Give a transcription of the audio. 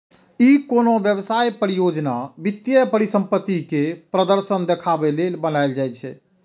ई कोनो व्यवसाय, परियोजना, वित्तीय परिसंपत्ति के प्रदर्शन देखाबे लेल बनाएल जाइ छै